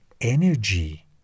energy